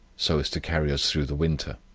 so as to carry us through the winter.